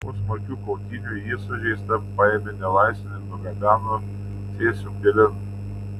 po smarkių kautynių jį sužeistą paėmė nelaisvėn ir nugabeno cėsių pilin